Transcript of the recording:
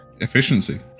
Efficiency